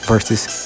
Versus